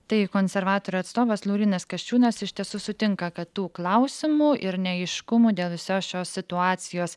tai konservatorių atstovas laurynas kasčiūnas iš tiesų sutinka kad tų klausimų ir neaiškumų dėl visos šios situacijos